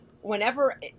whenever